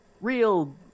Real